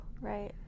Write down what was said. Right